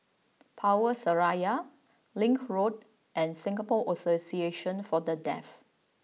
Power Seraya Link Road and Singapore Association for the deaf